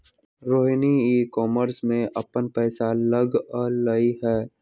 Rohini e commerce में अप्पन पैसा लगअलई ह